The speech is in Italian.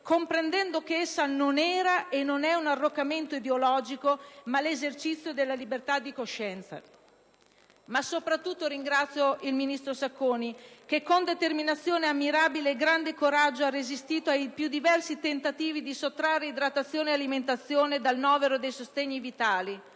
comprendendo che essa non era e non è un arroccamento ideologico, ma l'esercizio della libertà di coscienza. Ma soprattutto ringrazio il ministro Sacconi che, con determinazione ammirevole e grande coraggio, ha resistito ai più diversi tentativi di sottrarre idratazione e alimentazione dal novero dei sostegni vitali.